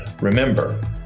remember